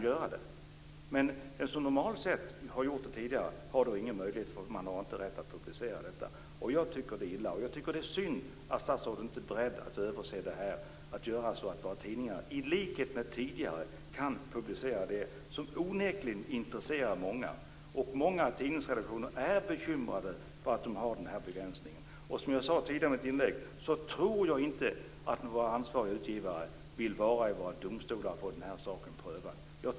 De som normalt sett har spelat tidigare, men som inte har tillgång till Internet, har ingen möjlighet att spela, eftersom tidningarna inte har rätt att publicera odds i utländska spelbolag. Jag tycker att det är illa. Det är synd att statsrådet inte är beredd att se över det här och göra så att tidningarna, i likhet med tidigare, kan publicera det som onekligen intresserar många. Många tidningsredaktioner är bekymrade över att de har den här begränsningen. Som jag sade i mitt inlägg tidigare, tror jag inte att några ansvariga utgivare vill vara i domstolarna för att få den här saken prövad.